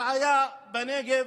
אני רוצה ברשותכם לנצל את הבמה הזאת